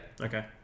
Okay